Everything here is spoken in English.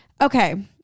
okay